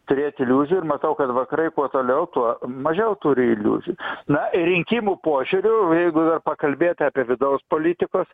turėt iliuzijų ir matau kad vakarai kuo toliau tuo mažiau turi iliuzijų na rinkimų požiūriu jeigu pakalbėt apie vidaus politikos